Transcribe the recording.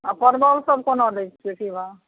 आ परवल सभ कोना दै छियै की भाव